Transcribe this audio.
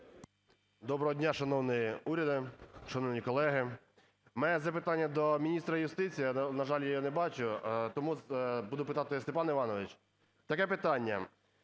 Доброго дня, шановний уряде! Шановні колеги! У мене запитання до міністра юстиції. На жаль, я його не бачу, тому буду питати… Степан Іванович, таке питання.